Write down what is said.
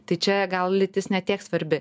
tai čia gal lytis ne tiek svarbi